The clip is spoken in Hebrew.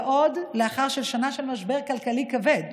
ועוד לאחר שנה של משבר כלכלי כבד.